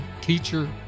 teacher